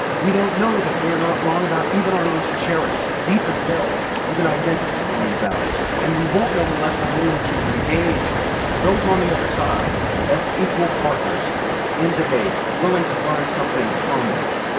we don't know that we're not wrong about even our most cherished, deepest-held, even identity-forming values, and we won't know unless we're willing to engage those on the other side as equal partners in debate, willing to learn something from them.